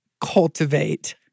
cultivate